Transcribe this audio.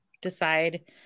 decide